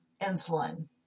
insulin